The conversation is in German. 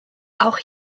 auch